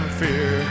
fear